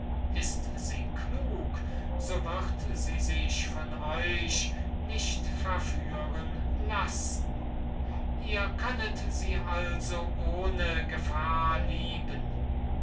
ist sie klug so wird sie sich von euch nicht verführen lassen ihr könnet sie also ohne gefahr lieben